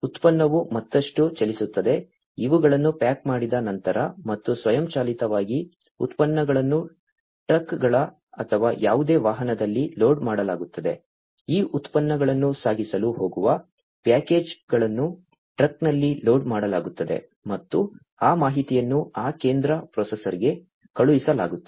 ಉತ್ಪನ್ನವು ಮತ್ತಷ್ಟು ಚಲಿಸುತ್ತದೆ ಇವುಗಳನ್ನು ಪ್ಯಾಕ್ ಮಾಡಿದ ನಂತರ ಮತ್ತು ಸ್ವಯಂಚಾಲಿತವಾಗಿ ಉತ್ಪನ್ನಗಳನ್ನು ಟ್ರಕ್ಗಳು ಅಥವಾ ಯಾವುದೇ ವಾಹನದಲ್ಲಿ ಲೋಡ್ ಮಾಡಲಾಗುತ್ತದೆ ಈ ಉತ್ಪನ್ನಗಳನ್ನು ಸಾಗಿಸಲು ಹೋಗುವ ಪ್ಯಾಕೇಜ್ಗಳನ್ನು ಟ್ರಕ್ನಲ್ಲಿ ಲೋಡ್ ಮಾಡಲಾಗುತ್ತದೆ ಮತ್ತು ಆ ಮಾಹಿತಿಯನ್ನು ಆ ಕೇಂದ್ರ ಪ್ರೊಸೆಸರ್ಗೆ ಕಳುಹಿಸಲಾಗುತ್ತದೆ